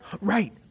Right